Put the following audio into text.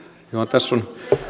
tässä on